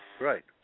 Right